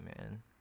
man